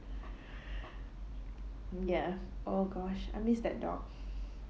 ya oh gosh I miss that dog